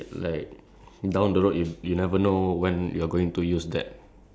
like why like what is the point of us finding like the area of triangle or something